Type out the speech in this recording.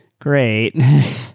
great